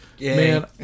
man